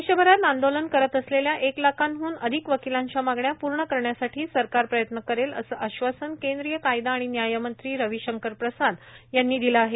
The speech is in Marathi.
देशभरात आंदोलन करत असलेल्या एक लाखांहन अधिक वकीलांच्या मागण्या प्र्ण करण्यासाठी सरकार प्रयत्न करेल असं आश्वासन केंद्रीय कायदा आणि न्याय मंत्री रविशंकर प्रसाद यांनी दिलं आहे